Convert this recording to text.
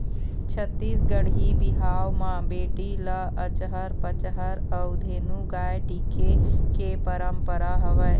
छत्तीसगढ़ी बिहाव म बेटी ल अचहर पचहर अउ धेनु गाय टिके के पंरपरा हवय